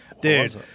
dude